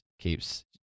keeps